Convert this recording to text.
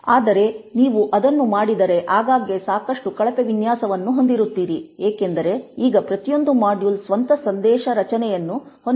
ಆದರೆ ನೀವು ಅದನ್ನು ಮಾಡಿದರೆ ಆಗಾಗ್ಗೆ ಸಾಕಷ್ಟು ಕಳಪೆ ವಿನ್ಯಾಸವನ್ನು ಹೊಂದಿರುತ್ತೀರಿ ಏಕೆಂದರೆ ಈಗ ಪ್ರತಿಯೊಂದು ಮಾಡ್ಯೂಲ್ ಸ್ವಂತ ಸಂದೇಶ ರಚನೆಯನ್ನು ಹೊಂದಿದೆ